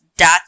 dot